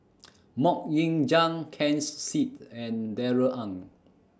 Mok Ying Jang Ken Seet and Darrell Ang